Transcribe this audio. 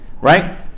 Right